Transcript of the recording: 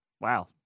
wow